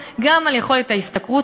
גם ככה המשק הולך ומפריט את עצמו